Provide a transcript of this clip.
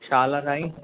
छा हाल आहे साईं